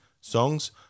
songs